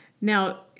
Now